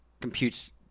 computes